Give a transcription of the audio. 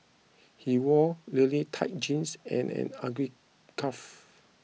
he wore really tight jeans and an ugly scarf